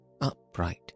upright